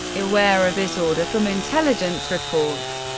aware of this order from intelligence reports,